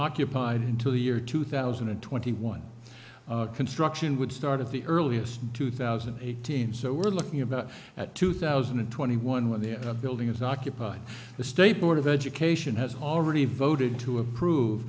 occupied until the year two thousand and twenty one construction would start of the earliest two thousand and eighteen so we're looking about at two thousand and twenty one when the building is occupied the state board of education has already voted to approve